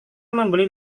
membeli